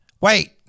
wait